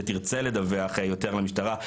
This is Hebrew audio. שתרצה לדווח יותר למשטרה,